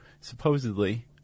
supposedly